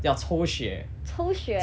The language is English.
要抽血